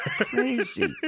Crazy